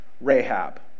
Rahab